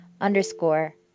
Underscore